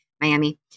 Miami